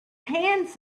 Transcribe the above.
hands